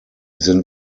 sind